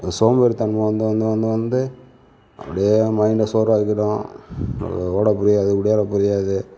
அந்த சோம்பேறி தனமும் வந்து வந்து வந்து வந்து அப்படியே மைண்ட்டை சோர்வாக ஆக்கிடும் ஓட புரியாது ஓடியார புரியாது